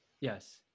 Yes